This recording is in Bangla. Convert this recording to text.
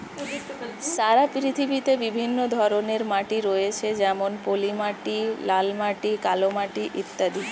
সারা পৃথিবীতে বিভিন্ন ধরনের মাটি রয়েছে যেমন পলিমাটি, লাল মাটি, কালো মাটি ইত্যাদি